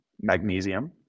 magnesium